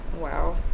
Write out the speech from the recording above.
Wow